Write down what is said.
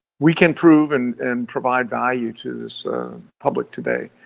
we can prove and and provide value to this public today.